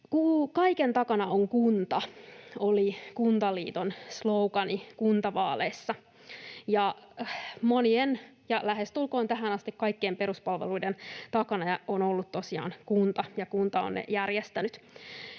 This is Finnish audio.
”Kaiken takana on kunta” oli Kuntaliiton slogan kuntavaaleissa. Monien, tähän asti lähestulkoon kaikkien, peruspalveluiden takana on ollut tosiaan kunta, ja kunta on ne järjestänyt.